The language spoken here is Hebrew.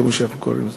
כמו שאנחנו קוראים לזה.